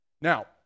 Now